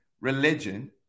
religion